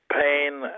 pain